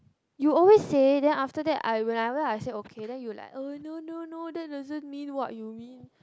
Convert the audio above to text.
you always say then after that I whenever I say okay then you like oh no no no that doesn't mean what you mean